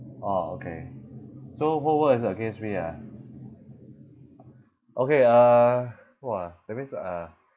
ah okay so whole world is against me ah okay uh !wah! that means ah